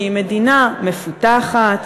שהיא מדינה מפותחת.